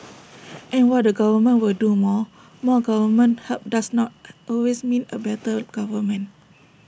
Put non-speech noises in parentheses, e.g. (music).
and while the government will do more more government help does not (noise) always mean A better government